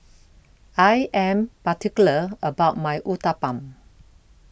I Am particular about My Uthapam